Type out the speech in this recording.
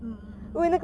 mm mm mm